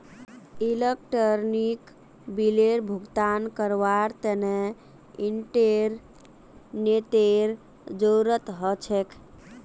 electronic बिलेर भुगतान करवार तने इंटरनेतेर जरूरत ह छेक